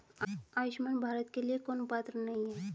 आयुष्मान भारत के लिए कौन पात्र नहीं है?